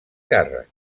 càrrec